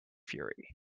fury